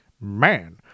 man